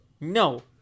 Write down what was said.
No